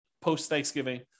post-Thanksgiving